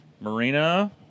Marina